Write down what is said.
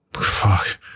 fuck